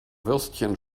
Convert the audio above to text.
würstchen